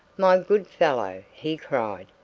my good fellow, he cried,